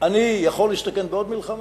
אני יכול להסתכן בעוד מלחמה?